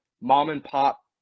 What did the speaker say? mom-and-pop